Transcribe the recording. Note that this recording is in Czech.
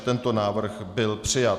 Tento návrh byl přijat.